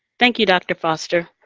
thank you, dr. foster.